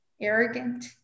arrogant